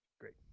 Great